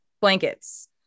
blankets